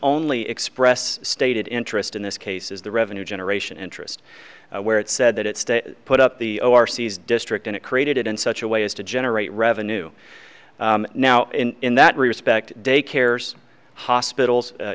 only express stated interest in this case is the revenue generation interest where it said that it stays put up the district and it created it in such a way as to generate revenue now in that respect daycares hospitals